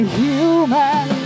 human